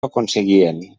aconseguien